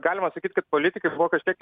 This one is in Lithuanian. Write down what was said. galima sakyt kad politikai buvo kažkiek